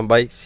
Bye